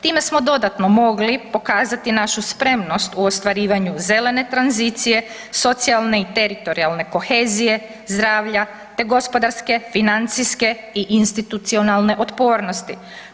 Time smo dodatno mogli pokazati našu spremnost u ostvarivanju zelene tranzicije, socijalne i teritorijalne kohezije, zdravlja, te gospodarske, financijske i institucionalne otpornosti.